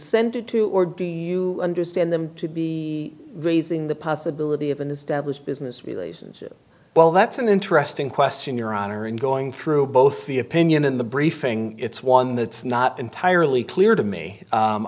consented to or do you understand them to be raising the possibility of an established business relationship well that's an interesting question your honor and going through both the opinion in the briefing it's one that's not entirely clear to me